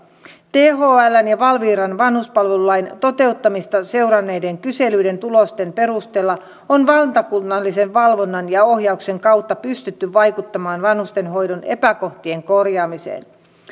thln ja valviran vanhuspalvelulain toteutumista seuranneiden kyselyiden tulosten perusteella on valtakunnallisen valvonnan ja ohjauksen kautta pystytty vaikuttamaan vanhustenhoidon epäkohtien korjaamiseen